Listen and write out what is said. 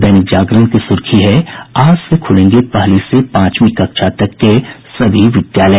दैनिक जागरण की सुर्खी है आज से खुलेंगे पहली से पांचवीं कक्षा तक के सभी विद्यालय